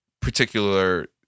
particular